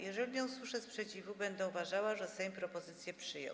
Jeżeli nie usłyszę sprzeciwu, będę uważała, że Sejm propozycję przyjął.